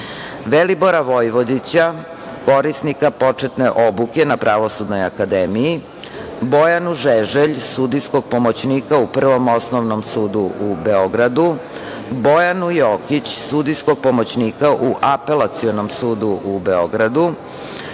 Velibora Vojvodića, korisnika početne obuke na Pravosudnoj akademiji; Bojanu Žeželj, sudijskog pomoćnika u Prvom osnovnom sudu u Beogradu; Bojanu Jokić, sudijskog pomoćnika u Apelacionom sudu u Beogradu;